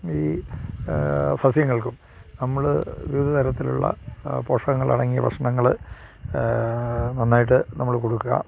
ഈ സസ്യങ്ങൾക്കും നമ്മൾ വിവിധ തരത്തിലുള്ള പോഷകങ്ങൾ അടങ്ങിയ ഭക്ഷ്ണങ്ങൾ നന്നായിട്ട് നമ്മൾ കൊടുക്കുക